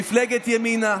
מפלגת ימינה,